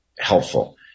helpful